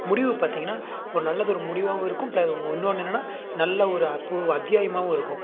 முடிவு பார்த்தீங்கன்னா ஒரு நல்லதொரு முடிவாகவும் இருக்கும் ப்ள இன்னொன்று என்னன்னால் நல்ல ஒரு அப்ரு அத்தியாயமாகவும் இருக்கும்